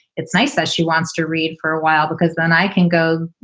it's nice that she wants to read for a while because then i can go.